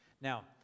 Now